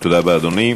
תודה רבה, אדוני.